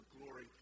glory